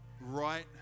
right